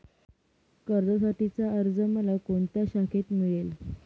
कर्जासाठीचा अर्ज मला कोणत्या शाखेत मिळेल?